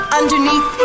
underneath